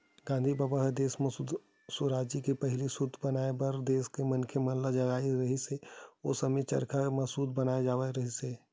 गांधी बबा ह देस के सुराजी के पहिली सूत बनाए बर देस के मनखे मन ल जगाए रिहिस हे, ओ समे म चरखा म सूत बनाए जावत रिहिस हे